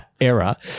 era